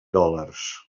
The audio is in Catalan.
dòlars